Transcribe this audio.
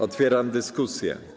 Otwieram dyskusję.